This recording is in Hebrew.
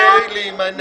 מאיפה את יודעת?